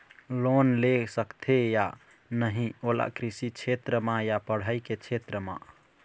Loan ले सकथे या नहीं ओला कृषि क्षेत्र मा या पढ़ई के क्षेत्र मा?